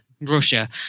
Russia